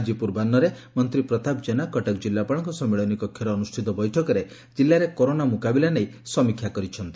ଆଜି ପୂର୍ବାହୁରେ ମନ୍ତୀ ପ୍ରତାପ ଜେନା କଟକ ଜିଲାପାଳଙ୍କ ସମ୍ମିଳନୀ କକରେ ଅନୁଷ୍ବିତ ବୈଠକରେ କିଲ୍ଲାରେ କରୋନା ମୁକାବିଲା ନେଇ ସମୀକ୍ଷା କରିଛନ୍ତି